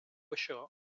això